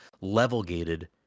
level-gated